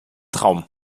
traum